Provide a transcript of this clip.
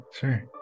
Sure